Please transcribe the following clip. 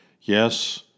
Yes